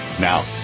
Now